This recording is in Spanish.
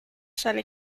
sale